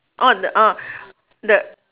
orh the orh the